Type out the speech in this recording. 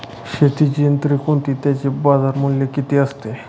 शेतीची यंत्रे कोणती? त्याचे बाजारमूल्य किती असते?